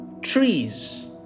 trees